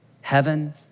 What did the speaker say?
heaven